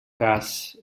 cas